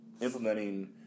implementing